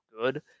good